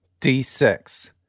d6